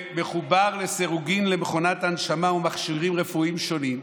שמחובר לסירוגין למכונת הנשמה ומכשירים רפואיים שונים.